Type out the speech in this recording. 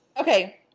Okay